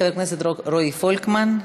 חבר הכנסת רועי פולקמן.